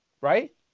Right